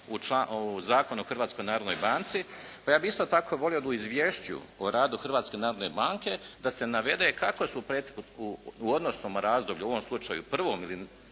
u Zakonu o Hrvatskoj narodnoj banci, pa bih ja isto tako volio da u izvješću o radu Hrvatske narodne banke da se navede kako su u odnosnom razdoblju u ovom slučaju prvom ili